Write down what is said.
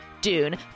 Dune